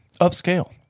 Upscale